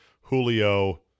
Julio